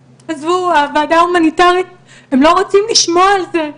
עזבו, הוועדה ההומניטארית לא רוצה לשמוע את זה.